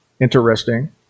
interesting